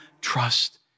trust